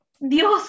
Dios